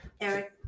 Eric